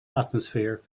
atmosphere